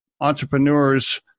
entrepreneurs